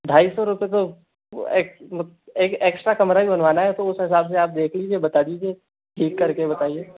ढाई सौ रुपये तो वो एक एक्स्ट्रा कमरा ही बनवाना है तो उस हिसाब से देख लीजिए बता दीजिए ठीक कर के बताइए